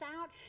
out